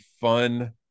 fun